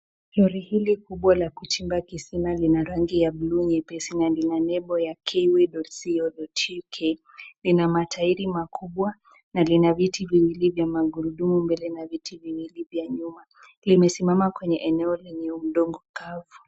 Lori hili kubwa la kuchimba kisima lina rangi ya bluu nyepesi na lina nembo ya keyway.co.uk . Lina matairi makubwa na lina viti viwili vya magurudumu mbele na viti viwili vya nyuma. Limesimama kwenye eneo lenye udongo kavu.